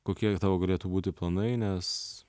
kokie jau tavo galėtų būtų planai nes